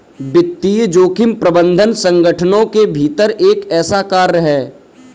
वित्तीय जोखिम प्रबंधन संगठनों के भीतर एक ऐसा कार्य है